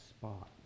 spot